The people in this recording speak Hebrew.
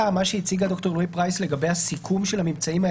מה שהציגה ד"ר אלרעי-פרייס לגבי הסיכום של המבצעים,